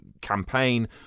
campaign